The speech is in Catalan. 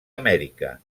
amèrica